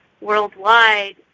worldwide